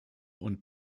und